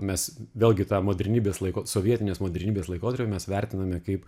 mes vėlgi tą modernybės laiko sovietinės modernybės laikotarpiu mes vertiname kaip